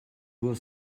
were